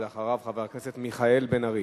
ולאחריו, חבר הכנסת מיכאל בן-ארי.